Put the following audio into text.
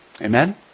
Amen